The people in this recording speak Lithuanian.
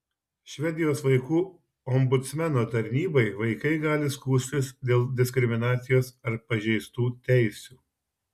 švedijos vaikų ombudsmeno tarnybai vaikai gali skųstis dėl diskriminacijos ar pažeistų teisių